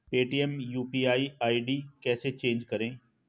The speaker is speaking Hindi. पेटीएम यू.पी.आई आई.डी कैसे चेंज करें?